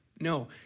no